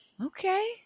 Okay